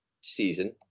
season